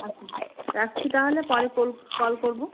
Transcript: আচ্ছা রাখছি তাহলে পরে কল কল করবো